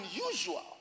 unusual